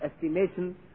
estimation